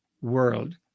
world